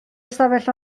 ystafell